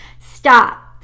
Stop